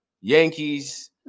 Yankees